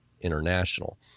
International